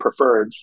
preferreds